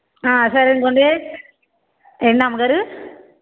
సరే అనుకోండి ఏంటి అమ్మగారు